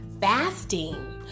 fasting